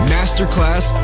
Masterclass